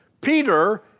Peter